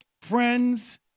friends